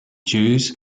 jews